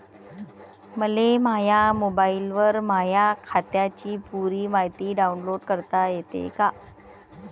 मले माह्या मोबाईलवर माह्या खात्याची पुरी मायती डाऊनलोड करता येते का?